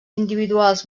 individuals